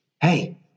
Hey